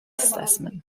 statesmen